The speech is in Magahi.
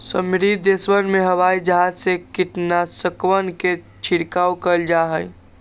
समृद्ध देशवन में हवाई जहाज से कीटनाशकवन के छिड़काव कइल जाहई